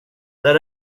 där